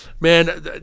Man